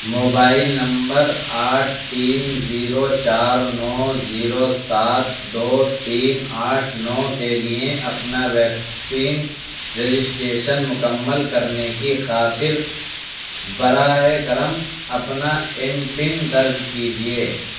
mobile number آٹھ تین zero چار نو زیرو سات دو تین آٹھ نو کے لیے اپنا ویکسین رجسٹریشنن مکمل کرنے کی خاطر براہ کرم اپنا ایم پن درج کیجیے